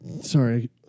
sorry